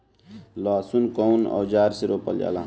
लहसुन कउन औजार से रोपल जाला?